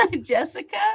Jessica